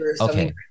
Okay